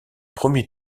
premier